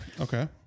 Okay